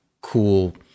cool